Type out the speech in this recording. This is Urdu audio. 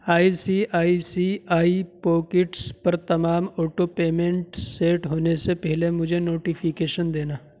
I C I C I pockets پر تمام آٹو پیمنٹ سیٹ ہونے سے پہلے مجھے نوٹیفیکیشن دینا